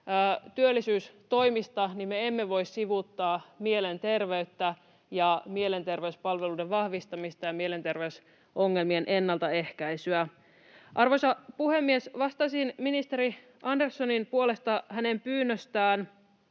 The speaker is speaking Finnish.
työllisyystoimista, niin me emme voi sivuuttaa mielenterveyttä, mielenterveyspalveluiden vahvistamista ja mielenterveysongelmien ennaltaehkäisyä. Arvoisa puhemies! Vastaisin ministeri Andersonin puolesta hänen pyynnöstään.